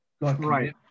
right